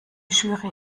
jury